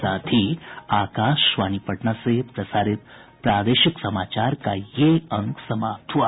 इसके साथ ही आकाशवाणी पटना से प्रसारित प्रादेशिक समाचार का ये अंक समाप्त हुआ